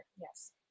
yes